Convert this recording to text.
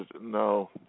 No